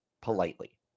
politely